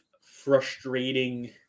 frustrating